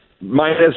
minus